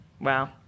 Wow